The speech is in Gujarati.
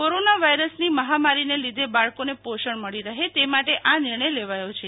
કોરોના વાયરસની મહામારીને લીધે બાળકોને પોષણ મળી હે તે માટે આ નિર્ણય લેવાયો છે